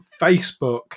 Facebook